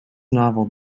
novel